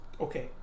Okay